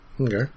Okay